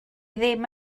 ddim